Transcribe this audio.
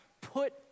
put